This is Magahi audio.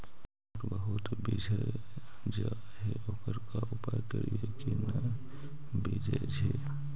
बुट बहुत बिजझ जा हे ओकर का उपाय करियै कि न बिजझे?